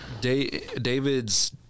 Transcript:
David's